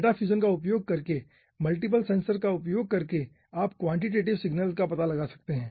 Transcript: data fusion का उपयोग करके मल्टीप्ल सेंसर का उपयोग करके आप क्वांटेटिव सिग्नल्स का पता लगा सकते हैं